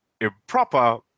improper